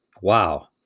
Wow